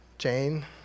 Jane